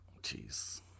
Jeez